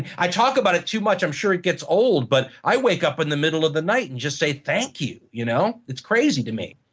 i talk about it too much i'm sure it gets old. but i wake up in the middle of the night and just say thank you. you know it's crazy to me.